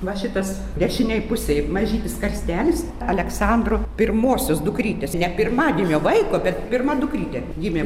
va šitas dešinėje pusėj mažytis karstelis aleksandro pirmuosios dukrytės ne pirmagimio vaiko bet pirma dukrytė gimė